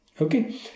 Okay